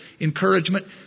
encouragement